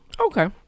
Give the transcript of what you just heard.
Okay